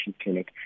clinic